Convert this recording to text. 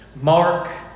Mark